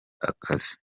akazi